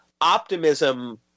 optimism